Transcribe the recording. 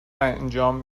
انجام